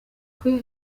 kwe